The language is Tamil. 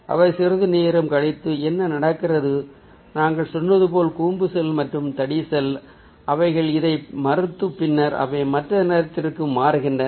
எனவே சிறிது நேரம் கழித்து என்ன நடக்கிறது நாங்கள் சொன்னது போல் கூம்பு செல் மற்றும் தடி செல் அவைகள் இதை மறுத்து பின்னர் அவை மற்ற நிறத்திற்கு மாறுகின்றன